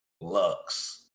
Lux